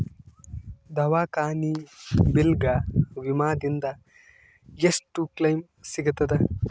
ದವಾಖಾನಿ ಬಿಲ್ ಗ ವಿಮಾ ದಿಂದ ಎಷ್ಟು ಕ್ಲೈಮ್ ಸಿಗತದ?